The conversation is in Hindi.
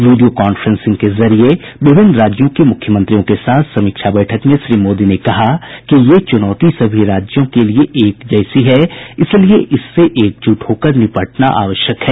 वीडियो कांफ्रेंसिंग के जरिए विभिन्न राज्यों के मुख्यमंत्रियों के साथ समीक्षा बैठक में श्री मोदी ने कहा कि ये चुनौती सभी राज्यों के लिए एक जैसी है इसलिए इससे एकजुट होकर निपटना आवश्यक है